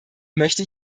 möchte